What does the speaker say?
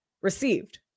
received